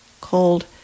called